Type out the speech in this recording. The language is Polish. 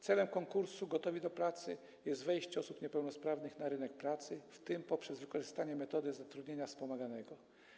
Celem konkursu „Gotowi do pracy” jest wejście osób niepełnosprawnych na rynek pracy, w tym poprzez wykorzystanie metody zatrudnienia wspomaganego.